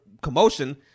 commotion